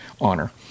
honor